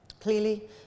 Clearly